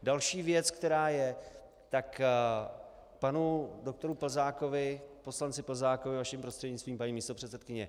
Další věc, která je, k panu doktoru Plzákovi, poslanci Plzákovi, vaším prostřednictvím, paní místopředsedkyně.